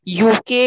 UK